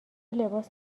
لباس